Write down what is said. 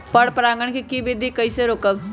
पर परागण केबिधी कईसे रोकब?